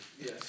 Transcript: Yes